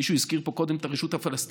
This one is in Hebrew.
מישהו הזכיר פה קודם את הרשות הפלסטינית.